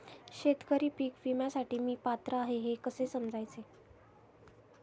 शेतकरी पीक विम्यासाठी मी पात्र आहे हे कसे समजायचे?